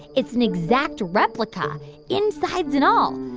it's an exact replica insides and all.